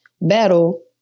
battle